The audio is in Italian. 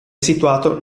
situato